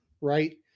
right